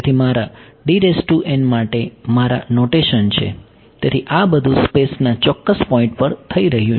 તેથી મારા માટે મારા નોટેશન છે તેથી આ બધું સ્પેસના ચોક્કસ પોઈન્ટ પર થઈ રહ્યું છે